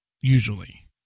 usually